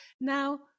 now